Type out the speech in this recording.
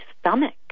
stomach